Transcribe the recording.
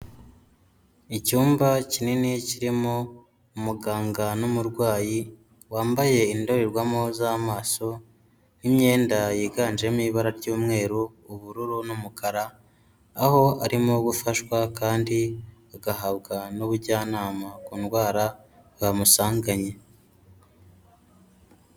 Icyumba kinini kirimo umuganga n'umurwayi, wambaye indorerwamo z'amaso n'imyenda yiganjemo ibara ry'umweru, ubururu n'umukara, aho arimo gufashwa kandi agahabwa n'ubujyanama ku ndwara bamusanganye.